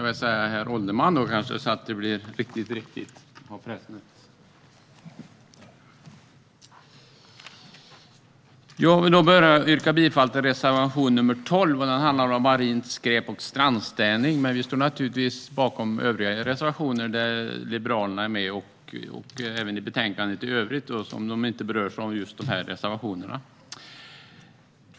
Herr ålderspresident! Jag vill börja med att yrka bifall till reservation nr 12, som handlar om marint skräp och strandstädning, men står naturligtvis bakom övriga reservationer där Liberalerna är med och de förslag i betänkandet i övrigt som inte berörs av just dessa reservationer.